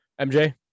MJ